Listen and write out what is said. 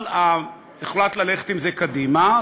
אבל הוחלט ללכת עם זה קדימה,